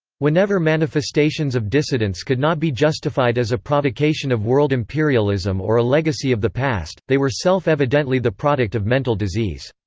whenever manifestations of dissidence could not be justified as a provocation of world imperialism or a legacy of the past, they were self-evidently the product of mental disease.